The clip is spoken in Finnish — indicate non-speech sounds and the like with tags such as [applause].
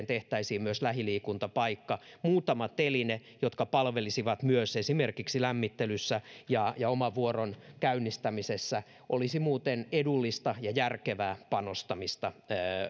[unintelligible] tehtäisiin myös lähiliikuntapaikka muutama teline jotka palvelisivat myös esimerkiksi lämmittelyssä ja ja oman vuoron käynnistämisessä olisi muuten edullista ja järkevää panostamista